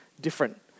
different